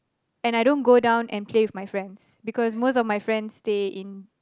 and I don't go down and play with my friends because most of my friends stay in